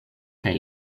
kaj